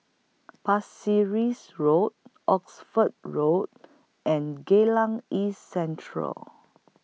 Pasir Ris Road Oxford Road and Geylang East Central